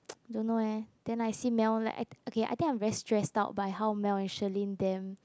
don't know eh then I see Mel like okay I think I'm very stressed out by how Mel and Shirlyn them